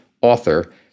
Author